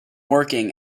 working